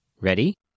Ready